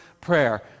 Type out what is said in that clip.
prayer